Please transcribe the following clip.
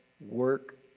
work